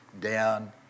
down